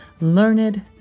Learned